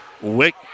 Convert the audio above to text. Wick